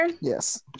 Yes